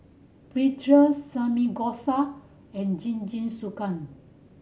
Pretzel Samgeyopsal and Jingisukan